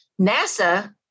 NASA